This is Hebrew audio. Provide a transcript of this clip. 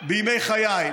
בימי חיי.